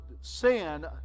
sin